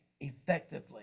effectively